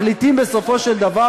ומחליטים בסופו של דבר,